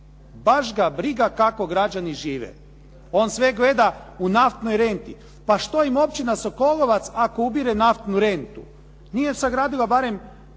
Baš ga briga kako građani žive. On sve gleda u naftnoj renti. Pa što im Općina Sokolovac ako ubire naftnu rentu nije sagradila barem